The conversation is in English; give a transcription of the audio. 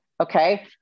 okay